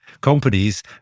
companies